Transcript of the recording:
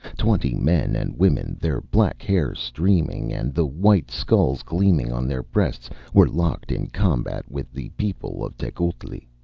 twenty men and women, their black hair streaming, and the white skulls gleaming on their breasts, were locked in combat with the people of tecuhltli.